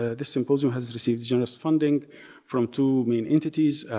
ah this symposium has received generous funding from two main entities,